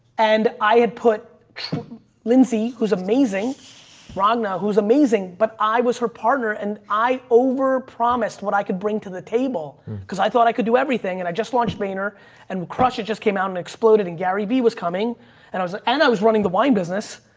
and i had put lindsey who's amazing ragnar, who's amazing, but i was her partner and i over promised what i could bring to the table because i thought i could do everything and i just launched vayner and crush it. just came out and exploded and gary v was coming and i was like, i know i was running the wine business.